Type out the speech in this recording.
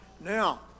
Now